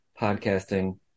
podcasting